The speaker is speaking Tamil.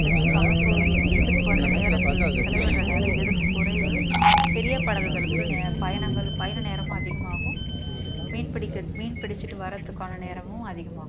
வச்சுப்பாங்க ஸோ இ இதுக்கு வந்து நேரங்கள் செலவிடுற நேரம் இதுக்கு குறைவு பெரிய படகுகளுக்கு நே பயணங்கள் பயண நேரமும் அதிகமாகும் மீன் பிடித்தல் மீன் பிடிச்சுட்டு வரத்துக்கான நேரமும் அதிகமாகும்